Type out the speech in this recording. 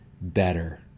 better